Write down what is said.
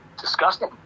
disgusting